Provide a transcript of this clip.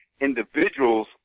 individuals